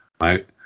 right